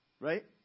right